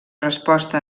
resposta